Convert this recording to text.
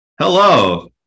hello